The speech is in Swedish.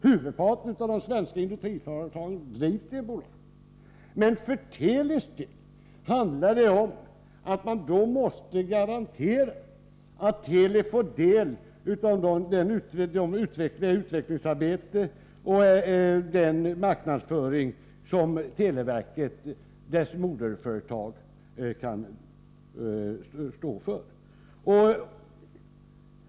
Huvudparten av de svenska industriföretagen drivs i bolagsform. Men för Telis del handlar det om att få garantier för att man får del av det utvecklingsarbete och den marknadsföring som televerket, dess moderföretag, kan stå för.